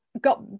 got